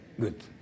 Good